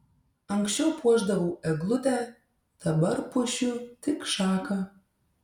anksčiau puošdavau eglutę dabar puošiu tik šaką